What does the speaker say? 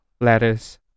lettuce